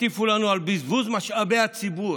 יטיפו לנו על בזבוז משאבי הציבור.